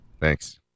Thanks